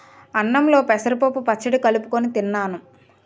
అన్నంలో పెసరపప్పు పచ్చడి కలుపుకొని తిన్నాను